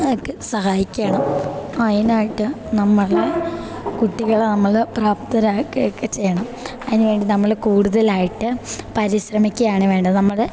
ഒക്കെ സഹായിക്കണം അതിനായിട്ട് നമ്മുടെ കുട്ടികളെ നമ്മൾ പ്രാപ്തരാക്കുകയൊക്കെ ചെയ്യണം അതിന് വേണ്ടി നമ്മൾ കൂടുതലായിട്ട് പരിശ്രമിക്കുകയാണ് വേണ്ടത് നമ്മുടെ